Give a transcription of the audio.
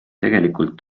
tegelikult